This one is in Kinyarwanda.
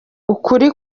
ukuri